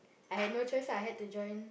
I had no choice lah I had to join